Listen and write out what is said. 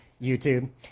YouTube